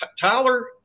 Tyler